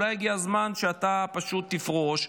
אולי הגיע הזמן שאתה פשוט תפרוש,